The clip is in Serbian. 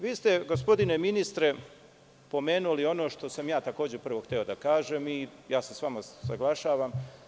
Vi ste, gospodine ministre, pomenuli ono što sam ja takođe hteo da kažem i ja se sa vama saglašavam.